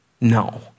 No